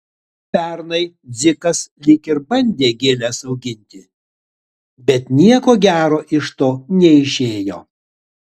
pernai dzikas lyg ir bandė gėles auginti bet nieko gero iš to neišėjo